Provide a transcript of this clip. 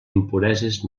impureses